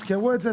תזכרו את זה טוב.